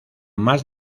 más